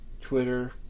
Twitter